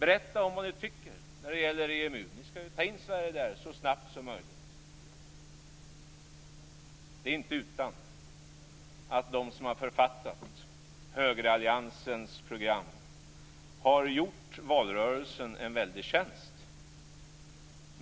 Berätta vad ni tycker när det gäller EMU! Det är inte utan att de som har författat högeralliansens program har gjort valrörelsen en väldig tjänst.